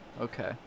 okay